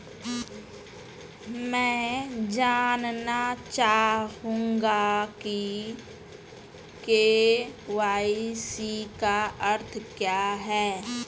मैं जानना चाहूंगा कि के.वाई.सी का अर्थ क्या है?